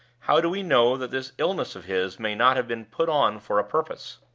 how do we know that this illness of his may not have been put on for a purpose?